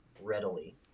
readily